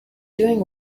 doing